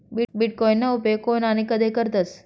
बीटकॉईनना उपेग कोन आणि कधय करतस